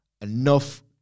enough